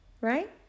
right